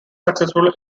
successful